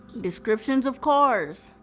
descriptions of cars,